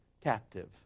captive